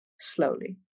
slowly